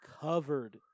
covered